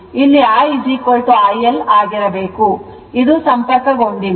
ಇಲ್ಲಿ I IL ಆಗಿರಬೇಕು ಇದು ಸಂಪರ್ಕಗೊಂಡಿಲ್ಲ